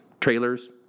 trailers